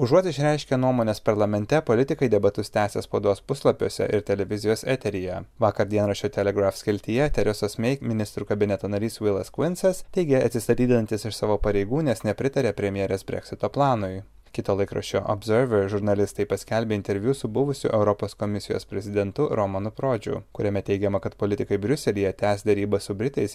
užuot išreiškę nuomones parlamente politikai debatus tęsia spaudos puslapiuose ir televizijos eteryje vakar dienraščio telegraph skiltyje teresos mey ministrų kabineto narys vilas kvinsas teigė atsistatydinantis iš savo pareigų nes nepritaria premjerės brexito planui kito laikraščio apzerevr žurnalistai paskelbė interviu su buvusiu europos komisijos prezidentu romanu prodžiu kuriame teigiama kad politikai briuselyje tęs derybas su britais